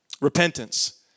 Repentance